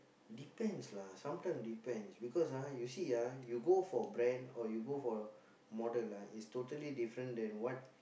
depends lah sometimes depends because ah you see ah you go for brand or you go for model ah it's totally different than what